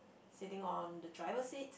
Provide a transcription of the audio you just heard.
sitting on the driver seat